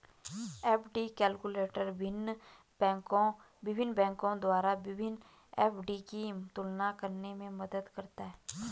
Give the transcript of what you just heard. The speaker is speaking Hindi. एफ.डी कैलकुलटर विभिन्न बैंकों द्वारा विभिन्न एफ.डी की तुलना करने में मदद करता है